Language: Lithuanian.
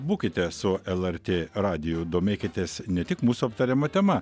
būkite su lrt radiju domėkitės ne tik mūsų aptariama tema